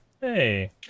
Hey